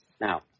Now